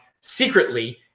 secretly